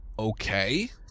Okay